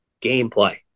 gameplay